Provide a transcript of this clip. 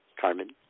Carmen